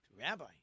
rabbi